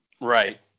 right